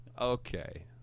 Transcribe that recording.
Okay